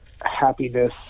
happiness